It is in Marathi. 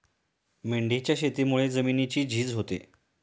मेंढीच्या शेतीमुळे जमिनीची झीज होते